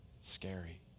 scary